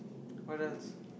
what else